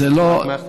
רק מהכתב?